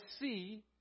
see